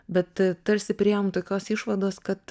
bet tarsi priėjom tokios išvados kad